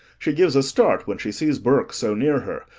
she gives a start when she sees burke so near her,